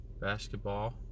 basketball